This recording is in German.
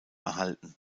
erhalten